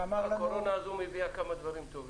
הקורונה הזו טומנת בחובה גם דברים טובים.